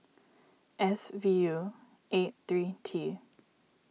S V U eight three T